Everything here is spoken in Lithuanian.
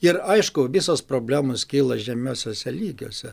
ir aišku visos problemos kyla žemuosiuose lygiuose